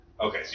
Okay